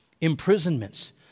imprisonments